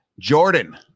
Jordan